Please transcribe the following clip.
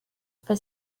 for